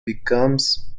becomes